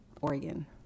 Oregon